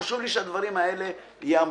חשוב לי שהדברים האלה ייאמרו.